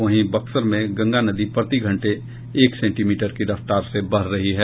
वहीं बक्सर में गंगा नदी प्रति घंटे एक सेंटीमीटर की रफ्तार से बढ़ रही है